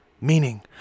meaning